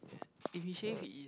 if he shave